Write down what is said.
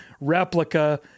replica